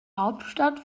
hauptstadt